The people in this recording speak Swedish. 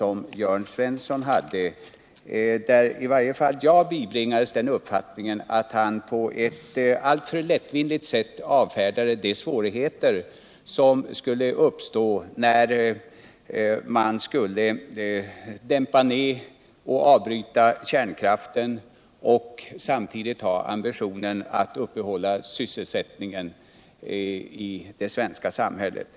Av detta bibringades i varje fall jag den uppfattningen att han på ett alltför lättvindigt sätt avfärdade de svårigheter som skulle uppstå, när man dämpar ned och avbryter satsningen på kärnkraften samtidigt som man har ambitionen att uppehålla sysselsättningen i det svenska samhället.